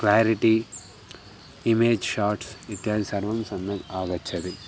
quality image shorts इत्यादि सर्वं सम्यक् आगच्छति